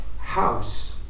House